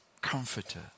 comforter